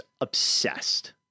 obsessed